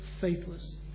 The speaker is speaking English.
faithless